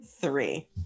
three